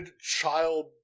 child